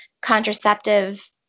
contraceptive